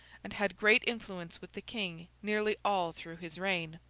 and had great influence with the king nearly all through his reign.